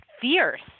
fierce